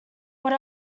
what